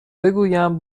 بگویم